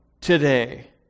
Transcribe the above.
today